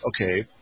okay